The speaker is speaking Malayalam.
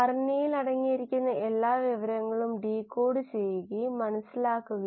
പിന്നെ നമ്മൾ ബയോറിയാക്റ്റർ എന്ന ബയോ പ്രോസസ് നോക്കി